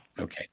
Okay